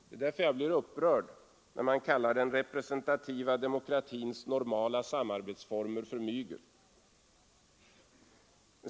Därför blir jag upprörd när man kallar den representativa demokratins normala samarbetsformer för mygel.